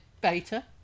beta